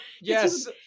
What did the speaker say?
Yes